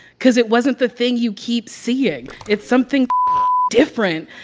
cause it wasn't the thing you keep seeing. it's something different.